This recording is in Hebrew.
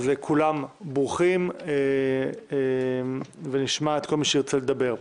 אז כולם ברוכים ונשמע את כל מי שירצה לדבר.